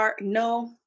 no